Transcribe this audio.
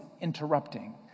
interrupting